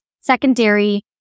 secondary